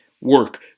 work